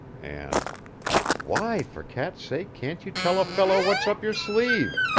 and why, for cat's sake, can't you tell a fellow what's up your sleeve?